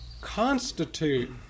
constitute